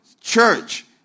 church